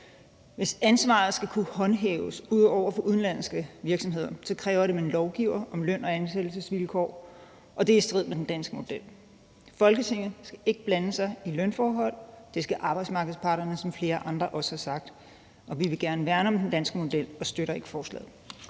hvis ansvaret skal kunne håndhæves over for udenlandske virksomheder, kræver det, at man lovgiver om løn- og ansættelsesvilkår, og det er i strid med den danske model. Folketinget skal ikke blande sig i lønforhold. Det skal arbejdsmarkedets parter, hvad flere andre også har sagt. Vi vil gerne værne om den danske model og støtter ikke forslaget.